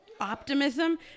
optimism